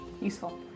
Useful